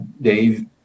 Dave